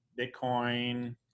bitcoin